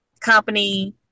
company